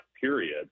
period